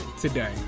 today